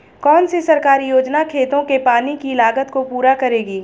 कौन सी सरकारी योजना खेतों के पानी की लागत को पूरा करेगी?